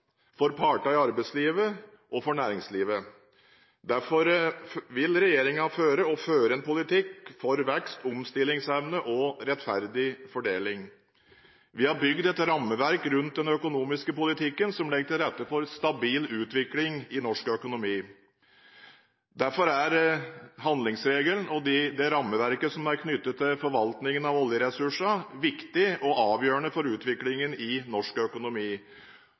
for partene i arbeidslivet og for næringslivet. Derfor vil regjeringen føre – og fører – en politikk for vekst, omstillingsevne og rettferdig fordeling. Vi har bygd et rammeverk rundt den økonomiske politikken som legger til rette for stabil utvikling i norsk økonomi. Derfor er handlingsregelen og det rammeverket som er knyttet til forvaltningen av oljeressursene, viktig og avgjørende for utviklingen i norsk økonomi,